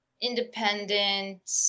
independent